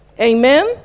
Amen